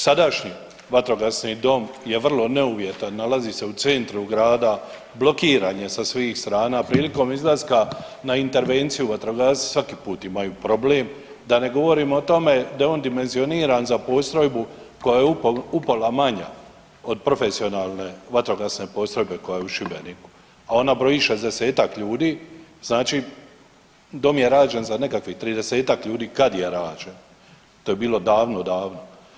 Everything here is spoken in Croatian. Sadašnji vatrogasni dom je vrlo ne uvjetan, nalazi se u centru grada, blokiran je sa svim strana, prilikom izlaska na intervenciju vatrogasci svaki put imaju problem, da ne govorim o tome da je on dimenzioniran za postrojbu koja je upola manja od profesionalne vatrogasne postrojbe koja je u Šibeniku, a ona broji 60-tak ljudi, znači dom je rađen za nekakvih 30-tak ljudi kad je rađen, to je bilo davno, davno.